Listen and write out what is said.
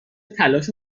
تلاش